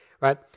right